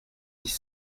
dix